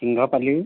Singhapalli